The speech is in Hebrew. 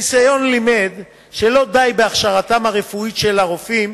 הניסיון לימד שלא די בהכשרתם הרפואית של הרופאים,